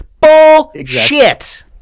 Bullshit